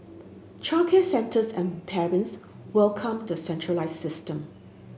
childcare centres and parents welcomed the centralised system